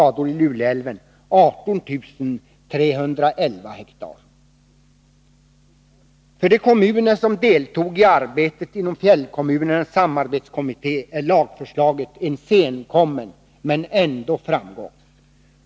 För de kommuner som deltog i arbetet inom Fjällkommunernas samarbetskommitté är lagförslaget en framgång, om än senkommen.